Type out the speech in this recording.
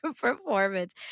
performance